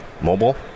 mobile